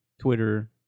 Twitter